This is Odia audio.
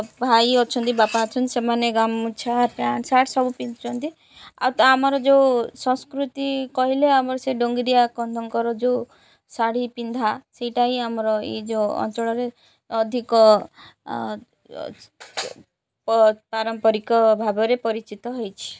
ଭାଇ ଅଛନ୍ତି ବାପା ଅଛନ୍ତି ସେମାନେ ଗାମୁଛା ପ୍ୟାଣ୍ଟ ସାର୍ଟ ସବୁ ପିନ୍ଧୁଛନ୍ତି ଆଉ ଆମର ଯେଉଁ ସଂସ୍କୃତି କହିଲେ ଆମର ସେ ଡଙ୍ଗିରିଆ କନ୍ଧଙ୍କର ଯେଉଁ ଶାଢ଼ୀ ପିନ୍ଧା ସେଇଟା ହିଁ ଆମର ଏଇ ଯେଉଁ ଅଞ୍ଚଳରେ ଅଧିକ ପାରମ୍ପରିକ ଭାବରେ ପରିଚିତ ହୋଇଛି